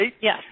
Yes